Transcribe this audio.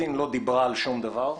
סין לא דיברה על שום דבר,